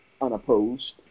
unopposed